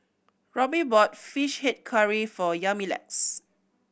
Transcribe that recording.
Robby bought Fish Head Curry for Yamilex